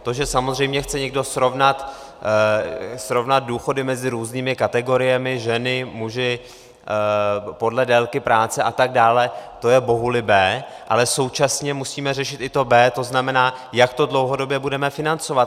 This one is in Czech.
To, že samozřejmě chce někdo srovnat důchody mezi různými kategoriemi ženy, muži, podle délky práce a tak dále to je bohulibé, ale současně musíme řešit i to B, to znamená, jak to dlouhodobě budeme financovat.